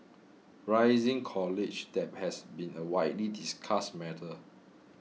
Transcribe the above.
rising college debt has been a widely discussed matter